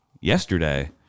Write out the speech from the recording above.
yesterday